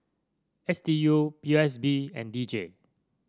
S D U P O S B and D J